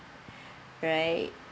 right